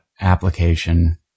application